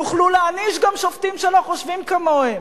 יוכלו להעניש גם שופטים שלא חושבים כמוהם.